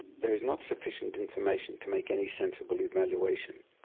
there is not sufficient information to make any sensible evaluation.